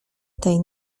tej